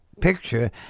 picture